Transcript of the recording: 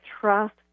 trust